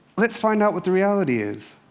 let's find out what the reality is.